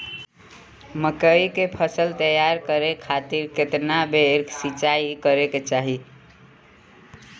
मकई के फसल तैयार करे खातीर केतना बेर सिचाई करे के चाही?